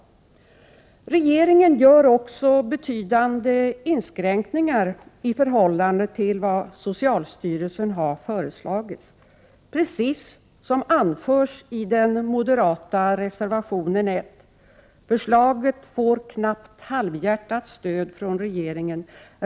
Regeringen gör också betydande inskränkningar i förhållande till vad socialstyrelsen har föreslagit — precis som anförs i den moderata reservationen 1: ”Förslaget får knappt ett halvhjärtat stöd från regeringen.